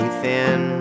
thin